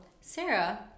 Sarah